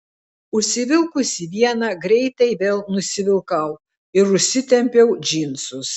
užsivilkusi vieną greitai vėl nusivilkau ir užsitempiau džinsus